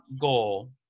goal